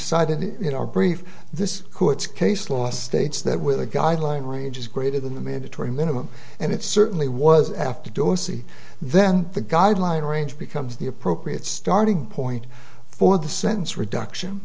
cited in our brief this case law states that with a guideline range is greater than the mandatory minimum and it certainly was after dorsey then the guideline range becomes the appropriate starting point for the sentence reduction